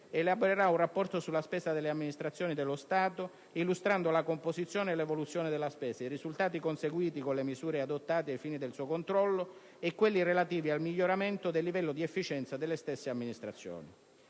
elaborerà un rapporto sulla spesa delle amministrazioni dello Stato illustrando la composizione e l'evoluzione della spesa, i risultati conseguiti con le misure adottate ai fini del suo controllo e quelli relativi al miglioramento del livello di efficienza delle stesse amministrazioni.